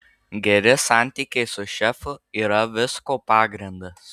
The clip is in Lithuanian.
geri santykiai su šefu yra visko pagrindas